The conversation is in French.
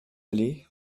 allé